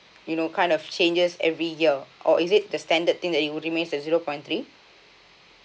you know kind of changes every year or is it the standard thing that you would means it's zero point three